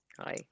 Hi